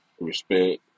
respect